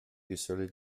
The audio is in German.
geselle